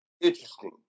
Interesting